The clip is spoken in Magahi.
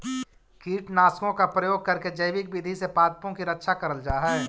कीटनाशकों का प्रयोग करके जैविक विधि से पादपों की रक्षा करल जा हई